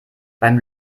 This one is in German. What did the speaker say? beim